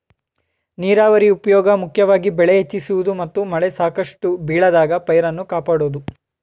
ನೀರಾವರಿ ಉಪ್ಯೋಗ ಮುಖ್ಯವಾಗಿ ಬೆಳೆ ಹೆಚ್ಚಿಸುವುದು ಮತ್ತು ಮಳೆ ಸಾಕಷ್ಟು ಬೀಳದಾಗ ಪೈರನ್ನು ಕಾಪಾಡೋದು